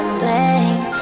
blame